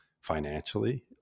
financially